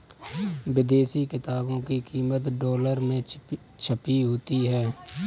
विदेशी किताबों की कीमत डॉलर में छपी होती है